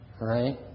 right